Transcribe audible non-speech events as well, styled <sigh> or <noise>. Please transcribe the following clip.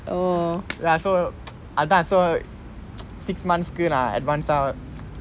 அதான்:athan so அதான்:athan so <noise> six months advance